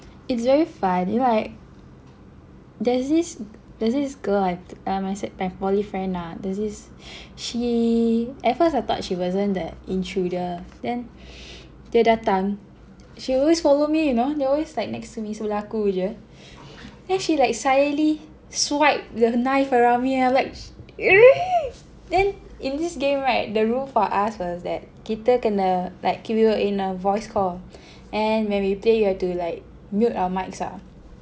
it's very fun you know like there's this there's this girl I I must say my volley friend lah there's this she at first I thought she wasn't the intruder then dia datang she always follow me you know dia always next to me sebelah aku aje then she like suddenly swipe the knife around me and I'm like then in this game right the rule for us was that kita kena ok we were in a voice call and when we play we have to like mute our mics lah